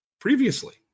previously